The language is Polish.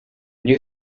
nie